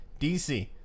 DC